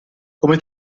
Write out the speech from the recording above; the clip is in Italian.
come